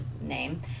name